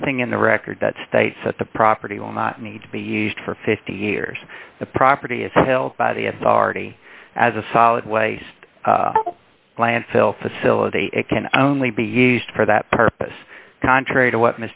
nothing in the record that states that the property will not need to be used for fifty years the property is held by the authority as a solid waste landfill facility it can only be used for that purpose contrary to what